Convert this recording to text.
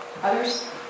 Others